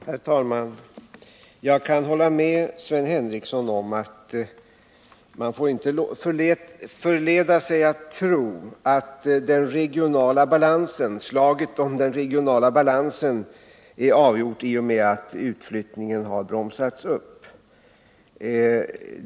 Herr talman! Jag kan hålla med Sven Henricsson om att man inte får förledas tro att slaget om den regionala balansen är avgjort i och med att utflyttningen har bromsats upp.